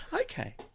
Okay